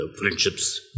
friendships